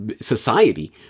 society